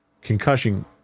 concussion